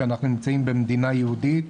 שאנחנו נמצאים במדינה יהודית,